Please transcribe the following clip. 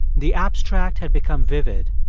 the abstract had become vivid,